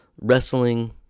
wrestling